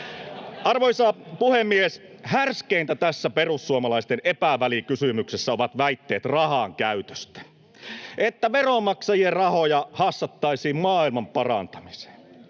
Arvoisa puhemies! Härskeintä tässä perussuomalaisten epävälikysymyksessä ovat väitteet rahankäytöstä — että veronmaksajien rahoja hassattaisiin maailmanparantamiseen.